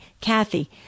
Kathy